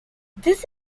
this